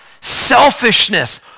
selfishness